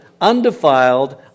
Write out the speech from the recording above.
undefiled